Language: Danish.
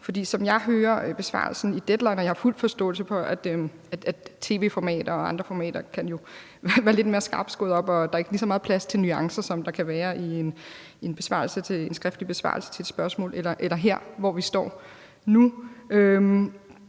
forhold til besvarelsen i Deadline fuld forståelse for, at tv-formater og andre formater jo kan være lidt mere skarpt skåret op, og at der ikke er lige så meget plads til nuancer, som der kan være i en skriftlig besvarelse til et spørgsmål eller her, hvor vi står nu,